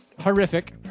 Horrific